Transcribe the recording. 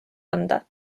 anda